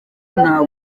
ntago